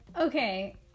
Okay